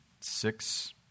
six